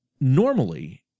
normally